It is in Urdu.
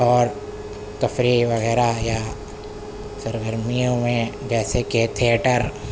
اور تفریح وغیرہ یا سرگرمیوں میں جیسے کہ تھیئٹھر